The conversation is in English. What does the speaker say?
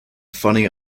funny